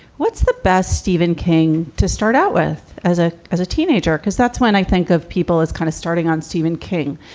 what's the best stephen king to start out with as a as a teenager? because that's when i think of people as kind of starting on stephen king.